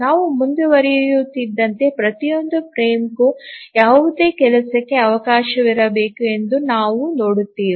ನಾವು ಮುಂದುವರಿಯುತ್ತಿದ್ದಂತೆ ಪ್ರತಿಯೊಂದು ಫ್ರೇಮ್ಗೂ ಯಾವುದೇ ಕೆಲಸಕ್ಕೆ ಅವಕಾಶವಿರಬೇಕು ಎಂದು ನಾವು ನೋಡುತ್ತೇವೆ